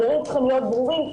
הדברים צריכים להיות ברורים,